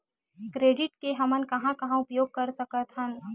Credit के हमन कहां कहा उपयोग कर सकत हन?